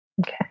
Okay